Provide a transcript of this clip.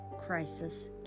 crisis